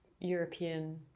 European